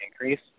increase